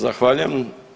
Zahvaljujem.